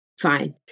Fine